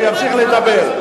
הוא ימשיך לדבר.